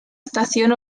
estación